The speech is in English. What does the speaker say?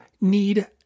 need